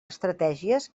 estratègies